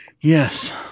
Yes